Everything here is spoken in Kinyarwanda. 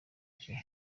bushya